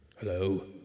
Hello